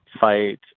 fight